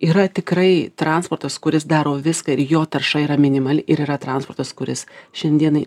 yra tikrai transportas kuris daro viską ir jo tarša yra minimali ir yra transportas kuris šiandienai